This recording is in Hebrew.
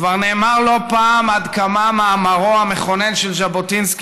כבר נאמר לא פעם עד כמה מאמרו המכונן של ז׳בוטינסקי